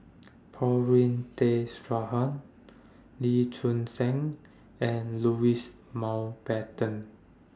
Paulin Tay Straughan Lee Choon Seng and Louis Mountbatten